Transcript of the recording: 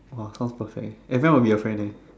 !wah! sounds perfect eh everyone will be your friend eh